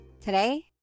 Today